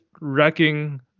wrecking